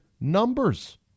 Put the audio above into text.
numbers